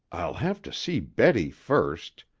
i'll have to see betty first.